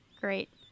Great